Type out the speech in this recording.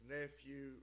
nephew